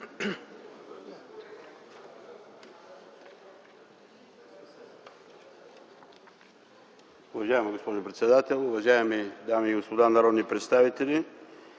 Уважаема госпожо председател, уважаеми дами и господа народни представители!